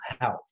health